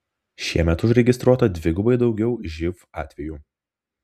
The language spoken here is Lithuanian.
šiemet užregistruota dvigubai daugiau živ atvejų